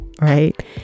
Right